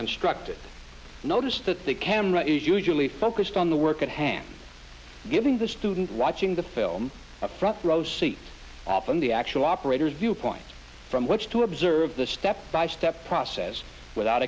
constructed notice that the camera is usually focused on the work at hand giving the student watching the film a front row seat often the act so operators viewpoint from which to observe the step by step process without